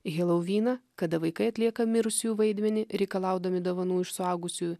helouvyną kada vaikai atlieka mirusiųjų vaidmenį reikalaudami dovanų iš suaugusiųjų